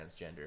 transgender